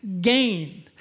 gain